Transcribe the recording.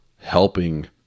helping